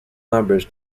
numbers